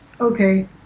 Okay